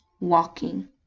walking